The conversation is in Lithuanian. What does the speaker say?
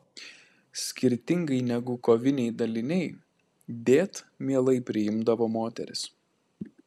skirtingai negu koviniai daliniai dėt mielai priimdavo moteris